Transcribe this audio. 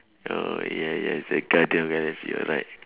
oh yes yes the guardians of galaxy you are right